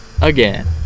again